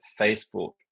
Facebook